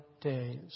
days